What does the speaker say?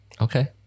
Okay